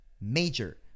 major